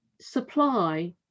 supply